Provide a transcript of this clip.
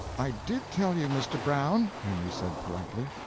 i did tell you, mr. brown, henry said, politely.